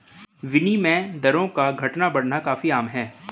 विनिमय दरों का घटना बढ़ना काफी आम है